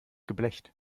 geblecht